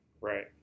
right